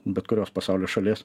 bet kurios pasaulio šalies